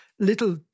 Little